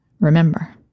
remember